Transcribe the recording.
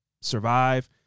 survive